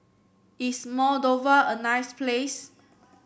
is Moldova a nice place